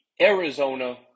Arizona